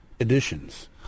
editions